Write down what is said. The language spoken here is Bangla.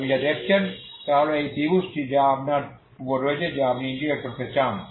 তবে আপনি যা দেখছেন তা হল এই ত্রিভুজটি যা আপনার উপর রয়েছে যা আপনি ইন্টিগ্রেট করতে চান